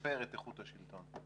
ולשפר את איכות השלטון.